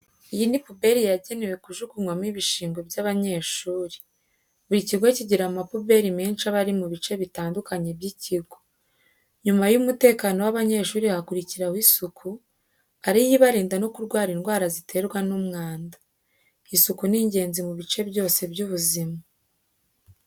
Iyi ni puberi yagenewe kujugunwamo ibishingwe by'abanyeshuri. Buri kigo kigira amapuberi menshi aba ari mu bice bitandukanye by'ikigo. Nyuma y'umutekano w'abanyeshuri hakurikiraho isuku, ari yo ibarinda no kurwara indwara ziterwa n'umwanda. Isuku ni ingezi mu bice byose by'ubuzima.